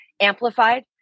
amplified